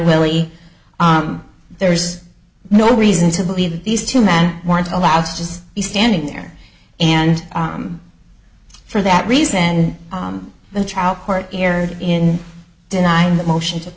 really there's no reason to believe that these two men weren't allowed to just be standing there and for that reason the trial court erred in denying the motion